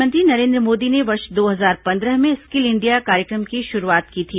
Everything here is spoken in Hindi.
प्रधानमंत्री नरेंद्र मोदी ने वर्ष दो हजार पंदह में स्किल इंडिया कार्यक्रम की शुरुआत की थी